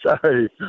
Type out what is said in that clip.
Sorry